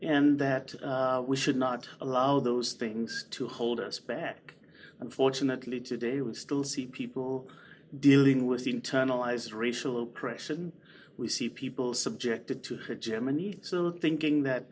and that we should not allow those things to hold us back unfortunately today we still see people dealing with internalized racial oppression we see people subjected to a gemini so thinking that